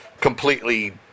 completely